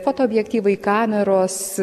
fotoobjektyvai kameros